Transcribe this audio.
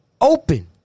open